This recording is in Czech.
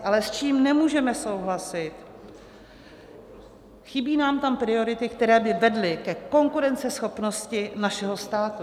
Ale s čím nemůžeme souhlasit, chybí nám tam priority, které by vedly ke konkurenceschopnosti našeho státu.